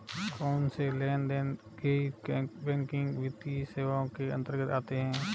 कौनसे लेनदेन गैर बैंकिंग वित्तीय सेवाओं के अंतर्गत आते हैं?